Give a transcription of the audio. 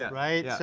right?